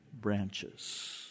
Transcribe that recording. branches